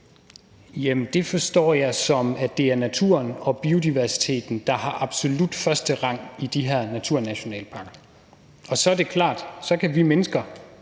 det forstår jeg, som at det er naturen og biodiversiteten, der har absolut førsterang i de her naturnationalparker. Og så er det klart, at så kan vi mennesker